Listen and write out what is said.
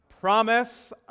promise